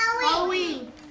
Halloween